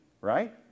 right